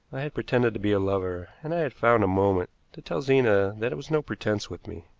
i had pretended to be a lover, and i had found a moment to tell zena that it was no pretense with me.